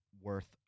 worth